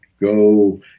go